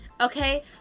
Okay